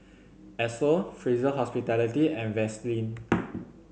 Esso Fraser Hospitality and Vaseline